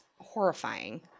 horrifying